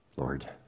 Lord